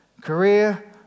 Career